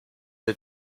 wir